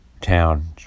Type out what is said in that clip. town